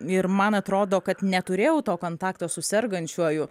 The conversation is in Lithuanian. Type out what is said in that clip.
ir man atrodo kad neturėjau to kontakto su sergančiuoju